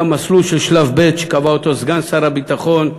היה מסלול של שלב ב' שקבע סגן שר הביטחון דאז,